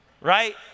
right